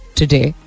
today